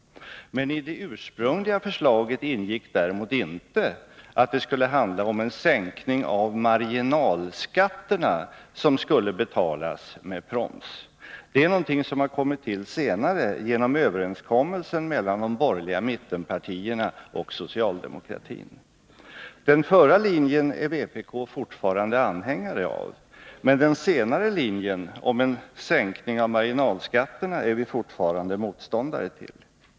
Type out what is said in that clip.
Men i det ursprungliga förslaget ingick däremot inte att det skulle handla om en sänkning av marginalskatterna som skulle betalas med proms. Det är någonting som har kommit till senare genom överenskommelsen mellan de borgerliga mittenpartierna och socialdemokratin. Den förra linjen är vpk fortfarande anhängare av, men den senare linjen, om en sänkning av marginalskatterna, är vi fortfarande motståndare till.